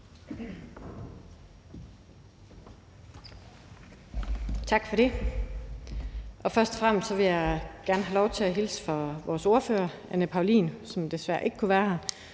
Tak for det. Først og fremmest vil jeg gerne have lov til at hilse fra vores ordfører Anne Paulin, som desværre ikke kunne være her.